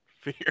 Fear